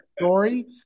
story